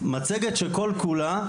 מצגת שכל כולה,